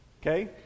Okay